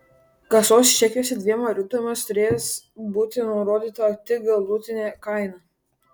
kasos čekiuose dviem valiutomis turės būti nurodyta tik galutinė kaina